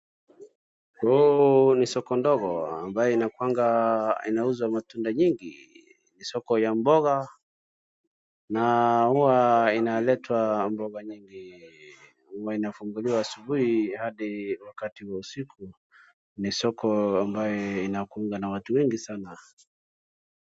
Huu ni soko ndogo ambayo inakuwanga inauzwa matunda nyingi. Ni soko ya mboga na huwa inaletwa mboga nyingi. Huwa inafunguliwa asubuhi hadi wakati wa usiku. Ni soko ambaye inakuwanga na watu wengi sana.